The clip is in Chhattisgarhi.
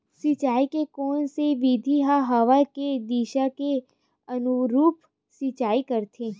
सिंचाई के कोन से विधि म हवा के दिशा के अनुरूप सिंचाई करथे?